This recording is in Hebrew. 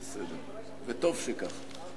בסדר, וטוב שכך.